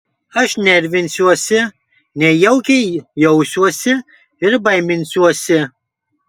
aš nervinsiuosi nejaukiai jausiuosi ir baiminsiuosi